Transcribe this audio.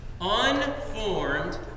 unformed